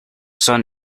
sun